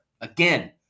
Again